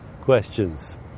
questions